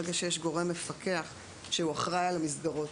ברגע שיש גורם מפקח שאחראי על המסגרות.